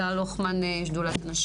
בבקשה.